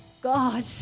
God